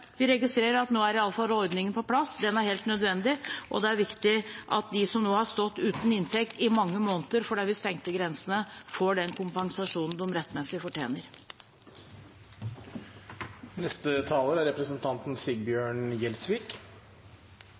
registrerer at nå er iallfall ordningen på plass. Den er helt nødvendig, og det er viktig at de som nå har stått uten inntekt i mange måneder fordi vi stengte grensene, får den kompensasjonen de rettmessig fortjener. Først, til representanten Wiborgs historiefortelling: Det kan være greit å minne representanten